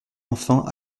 enfin